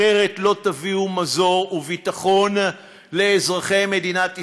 אחרת לא תביאו מזור וביטחון לאזרחי מדינת ישראל,